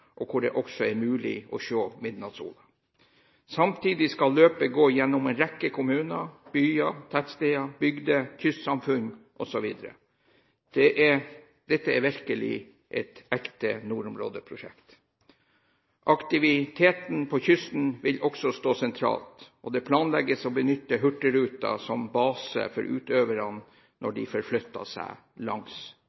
og hvor det også er mulig å se midnattssola. Samtidig skal løpet gå gjennom en rekke kommuner, byer, tettsteder, bygder, kystsamfunn osv. Dette er virkelig et ekte nordområdeprosjekt. Aktiviteten på kysten vil også stå sentralt, og det planlegges å benytte Hurtigruten som base for utøverne når